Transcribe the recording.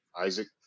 Isaac